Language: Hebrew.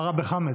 מה רע בחמד?